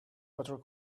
better